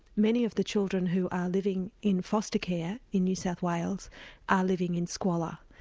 many of the children who are living in foster care in new south wales are living in squalor,